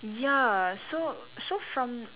ya so so from